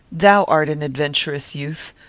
thou art an adventurous youth.